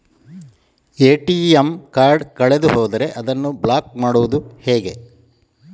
ATM card ಕಳೆದು ಹೋದರೆ ಅದನ್ನು ಬ್ಲಾಕ್ ಮಾಡುವುದು ಹೇಗೆ?